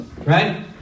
right